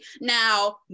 Now